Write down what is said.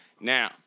Now